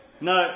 no